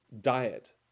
diet